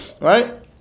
right